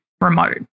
remote